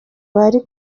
bari